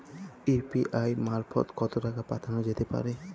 UPI মারফত কত টাকা পাঠানো যেতে পারে?